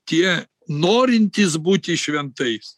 tie norintys būti šventais